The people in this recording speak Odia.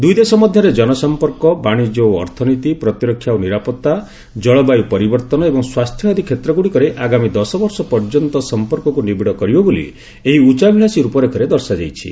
ଦୁଇଦେଶ ମଧ୍ୟରେ ଜନସମ୍ପର୍କ ବାଣିଜ୍ୟ ଓ ଅର୍ଥନୀତି ପ୍ରତିରକ୍ଷା ଓ ନିରାପତ୍ତା ଜଳବାୟୁ ପରିବର୍ତ୍ତନ ପଦକ୍ଷେପ ଏବଂ ସ୍ୱାସ୍ଥ୍ୟ ଆଦି କ୍ଷେତ୍ରଗୁଡିକରେ ଆଗାମୀ ଦଶବର୍ଷ ପର୍ଯ୍ୟନ୍ତ ସମ୍ପର୍କକୁ ନିବିଡ କରିବ ବୋଲି ଏହି ଉଚ୍ଚାଭିଳାଷୀ ରୂପରେଖରେ ଦର୍ଶାଯାଇଛି